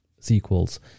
sequels